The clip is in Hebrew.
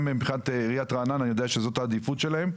מבחינת עיריית רעננה אני יודע שזאת העדיפות שלהם.